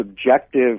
subjective